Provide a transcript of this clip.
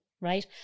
right